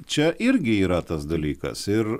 čia irgi yra tas dalykas ir